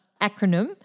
acronym